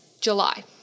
July